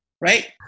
right